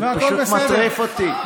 זה פשוט מטריף אותי.